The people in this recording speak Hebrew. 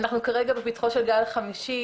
אנחנו כרגע בפתחו של גל חמישי,